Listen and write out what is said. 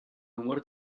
numero